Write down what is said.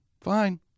Fine